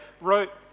wrote